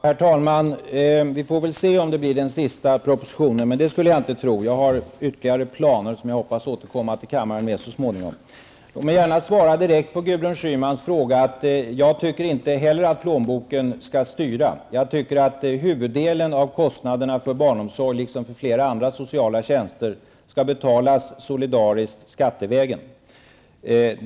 Herr talman! Vi får väl se om det blir den sista propositionen, men det skulle jag inte tro. Jag har ytterligare planer som jag hoppas kunna återkomma till riksdagen med så småningom. Jag vill svara direkt på Gudrun Schymans fråga att inte heller jag tycker att plånboken skall få styra. Huvuddelen av kostnaderna för barnomsorgen liksom för flera andra sociala tjänster skall betalas solidariskt skattevägen.